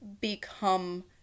become